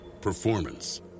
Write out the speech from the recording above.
performance